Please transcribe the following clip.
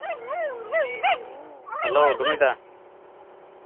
hello ᱰᱩᱢᱤ ᱫᱟ